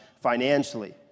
financially